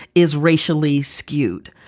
is racially skewed,